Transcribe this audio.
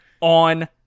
on